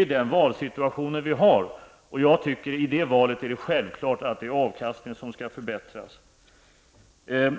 är den valsituation som vi har, och i det valet är det självklart att det är avkastningen som skall förbättras.